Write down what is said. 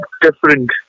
different